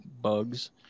bugs